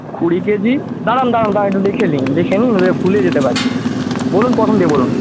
কুড়ি কেজি দাঁড়ান দাঁড়ান দাঁড়ান একটু লিখে নিই লিখে নিই নইলে ভুলে যেতে পারি বলুন প্রথম থেকে বলুন